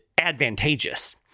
advantageous